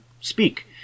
speak